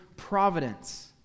Providence